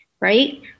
right